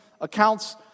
accounts